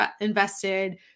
invested